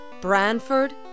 Branford